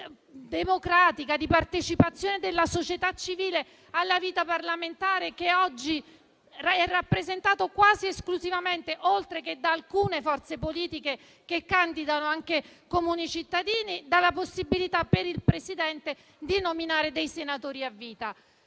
democratica e della società civile alla vita parlamentare che oggi è rappresentato quasi esclusivamente, oltre che da alcune forze politiche che candidano anche comuni cittadini, dalla possibilità per il Presidente della Repubblica di nominare i senatori a vita.